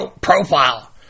profile